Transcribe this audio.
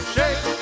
Shake